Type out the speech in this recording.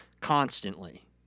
constantly